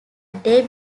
day